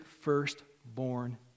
firstborn